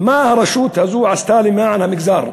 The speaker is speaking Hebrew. מה הרשות הזאת עשתה למען המגזר?